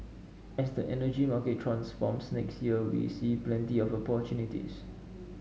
as the energy market transforms next year we see plenty of opportunities